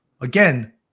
again